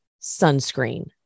sunscreen